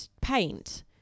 paint